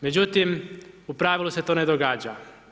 Međutim, u pravilu se to ne događa.